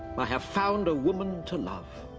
i have found a woman to love.